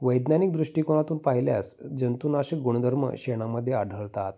वैज्ञानिक दृष्टिकोनातून पाहिल्यास जंतुनाशक गुणधर्म शेणामध्ये आढळतात